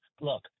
look